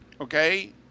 Okay